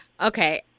Okay